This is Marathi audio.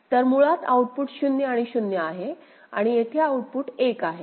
तर मुळात आउटपुट 0 आणि 0 आहे आणि येथे आउटपुट 1 आहे